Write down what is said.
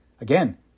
Again